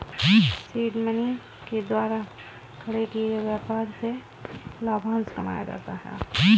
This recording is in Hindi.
सीड मनी के द्वारा खड़े किए गए व्यापार से लाभांश कमाया जाता है